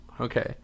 Okay